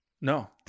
No